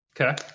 Okay